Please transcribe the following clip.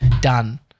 done